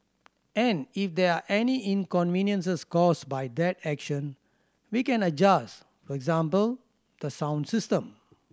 and if there are any inconveniences caused by that action we can adjust for example the sound system